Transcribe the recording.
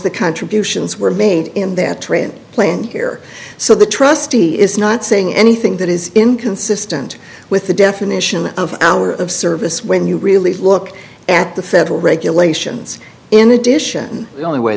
the contributions were made in that train plant here so the trustee is not saying anything that is inconsistent with the definition of our of service when you really look at the federal regulations in addition the only way